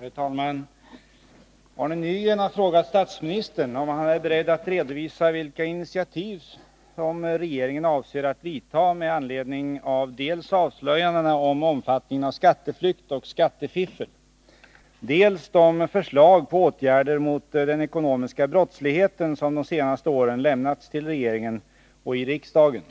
Herr talman! Arne Nygren har frågat statsministern om han är beredd att redovisa vilka initiativ som regeringen avser att vidta med anledning av dels avslöjandena om omfattningen av skatteflykt och skattefiffel, dels de förslag på åtgärder mot den ekonomiska brottsligheten som de senaste åren lämnats till regeringen och i riksdagen.